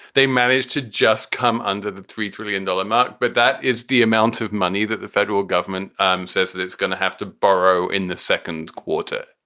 they managed to just come under the three trillion dollar mark, but that is the amount of money that the federal government um says that it's going to have to borrow in the second quarter,